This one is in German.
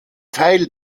teil